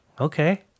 Okay